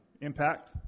impact